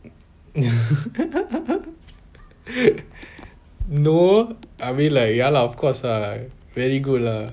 no I mean like ya lah of course lah very good lah